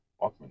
Walkman